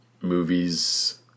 movies